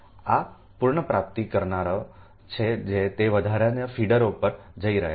આ પુનર્પ્રાપ્તિ કરનારાઓ છે જે તે વધારાના ફીડરો પર જઇ રહ્યું છે